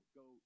go